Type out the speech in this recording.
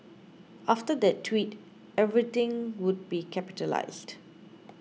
after that tweet everything would be capitalised